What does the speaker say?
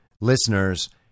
listeners